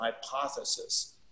hypothesis